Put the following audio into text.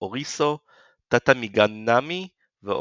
"אוריסו", "טאטאמיגאנמי" ועוד.